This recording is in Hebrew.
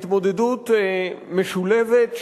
התמודדות משולבת,